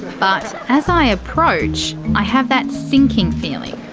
but as i approach, i have that sinking feeling.